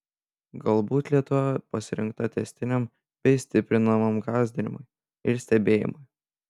galbūt lietuva pasirinkta tęstiniam bei stiprinamam gąsdinimui ir stebėjimui